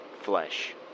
flesh